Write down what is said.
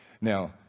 Now